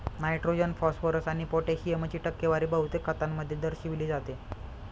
nitrogen, phosphorus आणि पोटॅशियमची टक्केवारी बहुतेक खतांमध्ये दर्शविली जाते